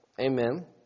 Amen